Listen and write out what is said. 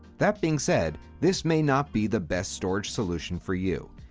that being said, this may not be the best storage solution for you.